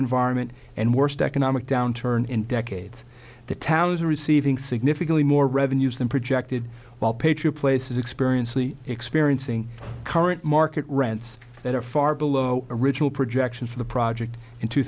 environment and worst economic downturn in decades the town is receiving significantly more revenues than projected while patriot places experience lee experiencing current market rents that are far below original projections for the project in two